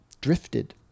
drifted